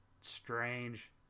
Strange